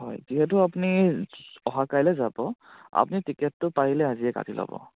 হয় যিহেতু আপুনি অহা কাইলে যাব আপুনি টিকেটটো পাৰিলে আজিয়েই কাটি ল'ব